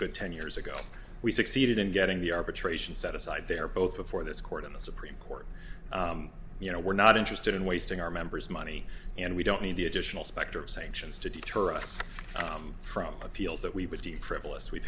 good ten years ago we succeeded in getting the arbitration set aside they're both before this court in the supreme court you know we're not interested in wasting our members money and we don't need the additional specter of sanctions to deter us from appeals that we would be prevalent we've